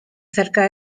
cerca